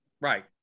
right